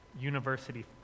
university